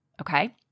okay